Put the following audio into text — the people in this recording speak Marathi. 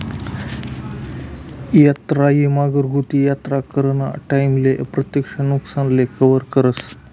यात्रा ईमा घरगुती यात्रा कराना टाईमले अप्रत्यक्ष नुकसानले कवर करस